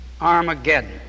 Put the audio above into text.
Armageddon